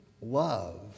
love